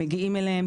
הם מגיעים אליהם,